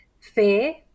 fair